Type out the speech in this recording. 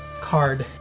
card.